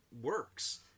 works